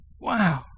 Wow